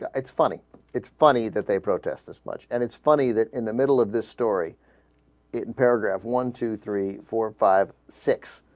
ah it's funny it's funny that they protest this much and it's funny that in the middle of the story in paragraph one two three four five six